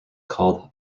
called